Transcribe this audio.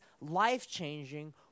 life-changing